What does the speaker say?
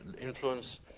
influence